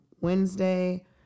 Wednesday